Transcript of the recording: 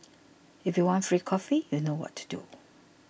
if you want free coffee you know what to do